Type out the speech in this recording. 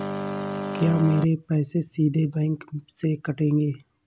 क्या मेरे पैसे सीधे बैंक से कटेंगे?